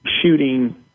shooting